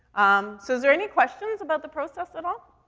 um, so is there any questions about the process at all?